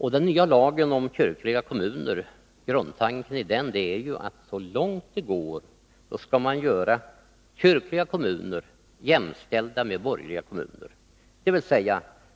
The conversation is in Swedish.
I den nya lagen om kyrkliga kommuner är grundtanken den att man så långt det går skall göra kyrkliga kommuner jämställda med borgerliga kommuner, dvs.